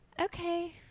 Okay